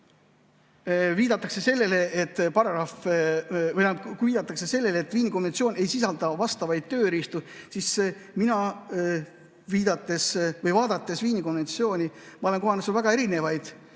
Kui viidatakse sellele, et Viini konventsioon ei sisalda vastavaid tööriistu, siis mina olen Viini konventsiooni vaadates kohanud seal väga erinevaid